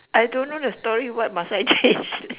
I don't know the story what must I change it